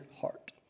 heart